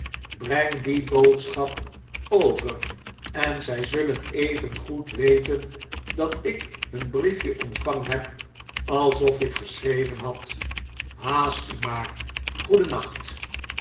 breng die boodschap over en zfl zullen evengoed weten dat ik hun briefje ontvangen hebt alsof ik geschreven had haast u maar